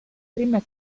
prime